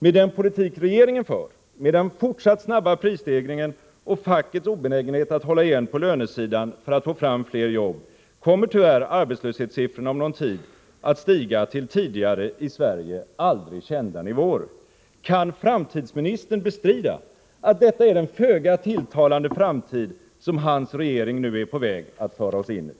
Med den politik regeringen för, med den fortsatt snabba prisstegringen och fackets obenägenhet att hålla igen på lönesidan för att få fram fler jobb, kommer tyvärr arbetslöshetssiffrorna om någon tid att stiga till tidigare i Sverige aldrig kända nivåer. Kan framtidsministern bestrida att detta är den föga tilltalande framtid som hans regering nu är på väg att föra oss in i?